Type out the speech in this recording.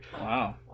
Wow